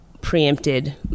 preempted